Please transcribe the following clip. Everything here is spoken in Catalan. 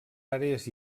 àrees